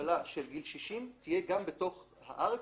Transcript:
המגבלה של גיל 60 תהיה גם בתוך הארץ,